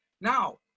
now